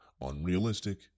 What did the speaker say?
unrealistic